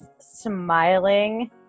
smiling